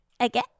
okay